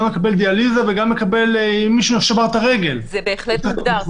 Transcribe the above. דיאליזה וכל דבר אחר --- זה בהחלט מוגדר,